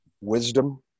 Wisdom